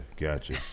gotcha